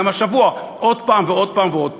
גם השבוע עוד פעם ועוד פעם ועוד פעם,